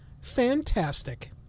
Fantastic